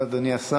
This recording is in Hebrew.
תודה, אדוני השר.